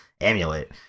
Amulet